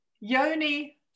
Yoni